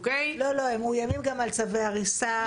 הם מאויימים גם על צווי הריסה.